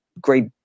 great